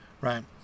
right